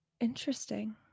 interesting